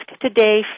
today